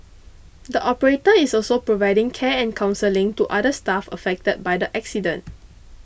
the operator is also providing care and counselling to other staff affected by the accident